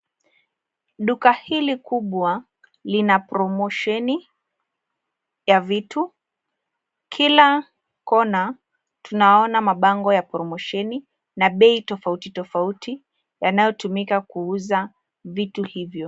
Duka hili kubwa lina promoshoni ya vitu, kila kona tunaona mabango ya promoshoni na bei tofautitofauti yanayotumika kuuza vitu hivyo.